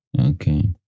Okay